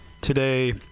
today